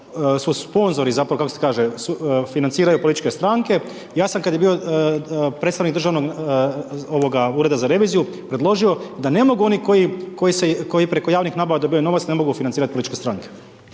su sponzori, zapravo kako se kaže? Financiraju političke stranke. Ja sam kada je bio predstavnik Ureda za reviziju predložio da ne mogu oni koji preko javnih nabava dobivaju novac ne mogu financirati političke stranke.